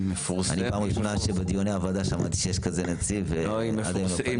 פעם ראשונה שבדיוני הוועדה שמעתי שיש כזה נציב ועד היום לא --- לא,